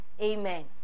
Amen